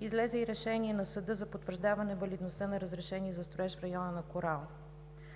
излезе и решение на съда за потвърждаване на валидността на разрешение за строеж в района на „Корал“.